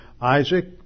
Isaac